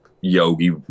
yogi